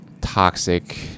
toxic